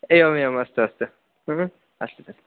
एवमेवम् अस्तु अस्तु अस्तु तर्हि